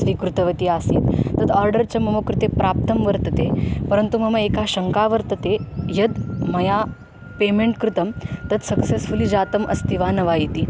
स्वीकृतवती आसीत् तत् आर्डर् च मम कृते प्राप्तं वर्तते परन्तु मम एका शङ्का वर्तते यत् मया पेमेण्ट् कृतं तत् सक्सस्फ़ुलि जातम् अस्ति वा न वा इति